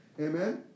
Amen